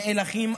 נאלחים,